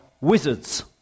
wizards